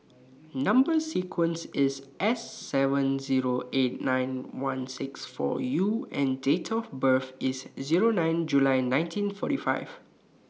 Number sequence IS S seven Zero eight nine one six four U and Date of birth IS Zero nine July nineteen forty five